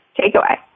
takeaway